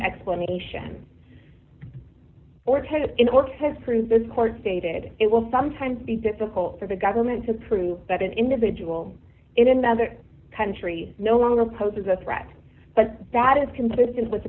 explanation or title in order to prove this court stated it will sometimes be difficult for the government to prove that an individual in another country no longer poses a threat but that is consistent with the